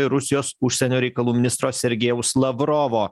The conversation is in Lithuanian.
ir rusijos užsienio reikalų ministro sergejaus lavrovo